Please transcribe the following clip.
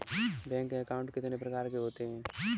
Bank account कितने प्रकार के होते हैं?